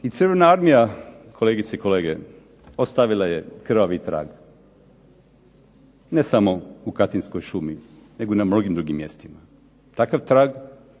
I Crvena armija, kolegice i kolege, ostavila je krvavi trag, ne samo u Katinskoj šumi nego i na mnogim drugim mjestima. Takav trag